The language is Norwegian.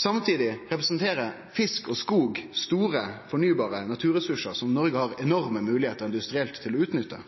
Samtidig representerer fisk og skog store, fornybare naturressursar som Noreg har enorme moglegheiter til å utnytte